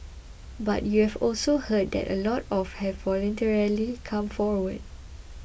but you've also heard that a lot of have voluntarily come forward